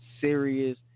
serious